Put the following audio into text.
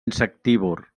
insectívor